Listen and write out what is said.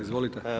Izvolite.